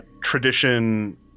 tradition